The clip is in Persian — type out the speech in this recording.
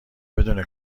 بدون